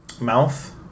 mouth